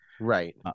right